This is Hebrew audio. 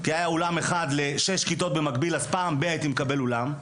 היה אולם אחד לשש כיתות במקביל אז פעם ב- הייתי מקבל אולם.